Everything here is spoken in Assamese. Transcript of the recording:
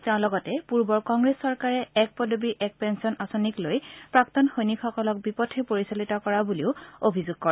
তেওঁ লগতে পূৰ্বৰ কংগ্ৰেছ চৰকাৰে এক পদবী এক পেঞ্চন আঁচনিক লৈ প্ৰাক্তন সৈনিকসকলক বিপথে পৰিচালিত কৰা বুলিও অভিযোগ কৰে